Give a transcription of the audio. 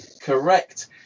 Correct